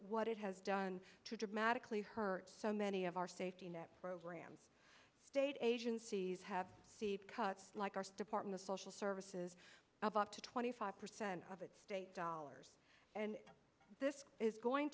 what it has done to dramatically hurt so many of our safety net programs state agencies have steep cuts like arce department of social services of up to twenty five percent of its state dollars and this is going